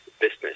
business